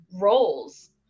roles